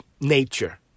nature